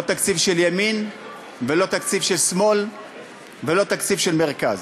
לא תקציב של ימין ולא תקציב של שמאל ולא תקציב של מרכז.